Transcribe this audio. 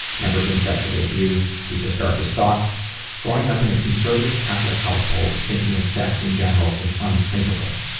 never been sexually abused. deepest, darkest thoughts growing up in a conservative catholic household, thinking of sex in general is unthinkable.